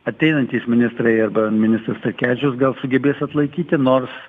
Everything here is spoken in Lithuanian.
ateinantys ministrai arba ministras stankevičius gal sugebės atlaikyti nors